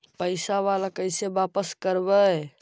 पैसा बाला कैसे बापस करबय?